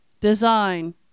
Design